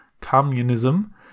communism